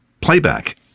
playback